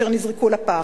אשר נזרקו לפח.